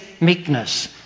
meekness